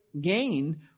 gain